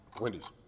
Wendy's